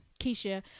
Keisha